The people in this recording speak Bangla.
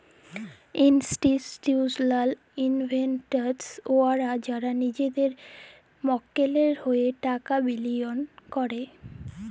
ইল্স্টিটিউসলাল ইলভেস্টার্স উয়ারা যারা লিজেদের মক্কেলের হঁয়ে টাকা বিলিয়গ ক্যরে